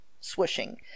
swishing